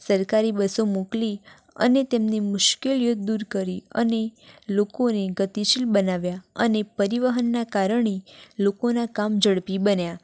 સરકારી બસો મોકલી અને તેમની મુશ્કેલીઓ દૂર કરી અને લોકોને ગતિશીલ બનાવ્યા અને પરિવહનના કારણે લોકોનાં કામ ઝડપી બન્યાં